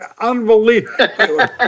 unbelievable